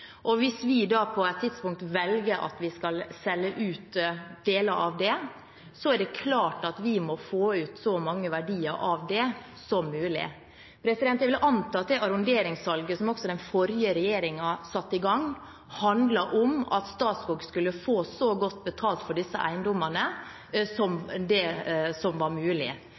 og hvis vi på et tidspunkt velger å selge ut deler av det, er det klart at vi må få ut så mye verdi av det som mulig. Jeg vil anta at også det arronderingssalget som den forrige regjeringen satte i gang, handlet om at Statskog skulle få så godt betalt for disse eiendommene som